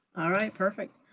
all right, perfect.